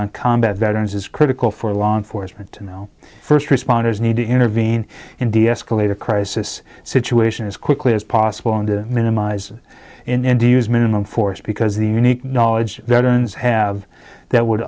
on combat veterans is critical for law enforcement to know first responders need to intervene in deescalate a crisis situation as quickly as possible and minimize in do use minimum force because the unique knowledge veterans have that would